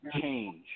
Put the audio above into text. change